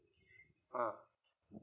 ah